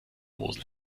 mosel